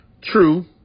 True